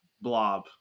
blob